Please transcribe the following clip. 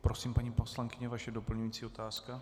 Prosím, paní poslankyně, vaše doplňující otázka.